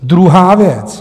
Druhá věc.